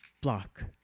Block